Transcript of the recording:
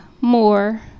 more